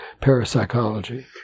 parapsychology